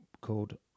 called